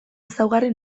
ezaugarri